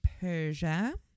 Persia